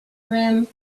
rim